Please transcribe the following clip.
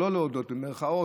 או לא להודות לו,